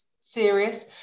serious